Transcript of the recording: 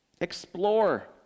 Explore